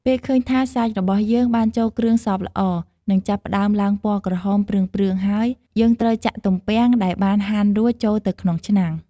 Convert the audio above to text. ពេលឃើញថាសាច់របស់យើងបានចូលគ្រឿងសព្វល្អ និងចាប់ផ្ដើមឡើងពណ៌ក្រហមព្រឿងៗហើយ យើងត្រូវចាក់ទំពាំងដែលបានហាន់រួចចូលទៅក្នុងឆ្នាំង។